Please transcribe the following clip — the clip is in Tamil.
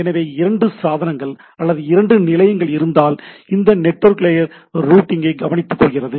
எனவே இரண்டு சாதனங்கள் அல்லது இரண்டு நிலையங்கள் இருந்தால் இந்த நெட்வொர்க் லேயர் ரூட்டிங்கை கவனித்துக்கொள்கிறது